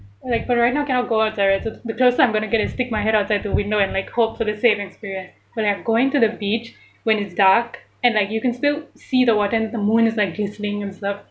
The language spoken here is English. like but right now cannot go outside right so the closest I'm gonna get is stick my head outside the window and like hope for the same experience but when I going to the beach when it's dark and like you can still see the water and the moon is like glistening and stuff